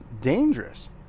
dangerous